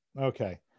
Okay